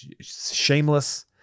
shameless